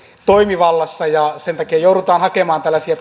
toimivallassa ja sen takia joudutaan hakemaan tällaisia